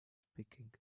speaking